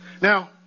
Now